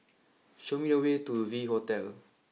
show me the way to V Hotel